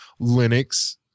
Linux